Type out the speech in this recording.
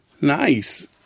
Nice